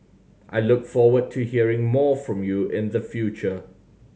I look forward to hearing more from you in the future